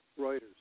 Reuters